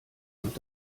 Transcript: und